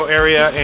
area